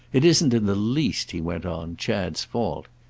it isn't in the least, he went on, chad's fault.